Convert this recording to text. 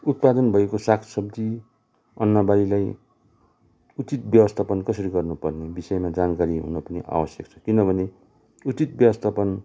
उत्पादन भएको साग सब्जी अन्न बालीलाई उचित ब्यवस्थापन कसरी गर्नुपर्ने बिषयमा जानकारी हुन पनि आवश्यक छ किनभने उचित व्यवस्थापन